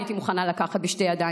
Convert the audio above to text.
הייתי מוכנה לקחת בשתי ידיים,